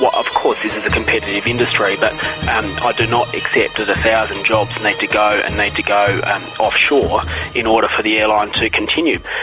of course this is a competitive industry, but i do not accept that a thousand jobs need to go and need to go and offshore in order for the airline to continue.